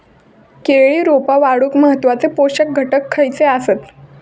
केळी रोपा वाढूक महत्वाचे पोषक घटक खयचे आसत?